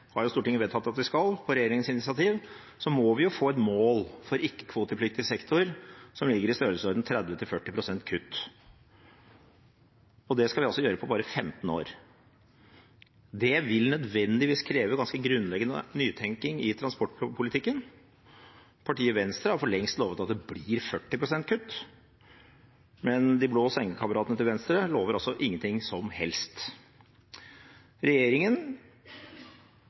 har jo Stortinget vedtatt at vi skal, på regjeringens initiativ, må vi få et mål for ikke-kvotepliktig sektor som ligger i størrelsesordenen 30–40 pst. kutt. Og det skal vi altså gjøre på bare 15 år. Det vil nødvendigvis kreve ganske grunnleggende nytenkning i transportpolitikken. Partiet Venstre har for lengst lovet at det blir 40 pst. kutt, men de blå sengekameratene til Venstre lover altså ingenting som helst. Regjeringen